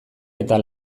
eta